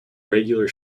regular